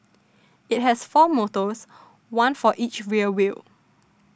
it has four motors one for each rear wheel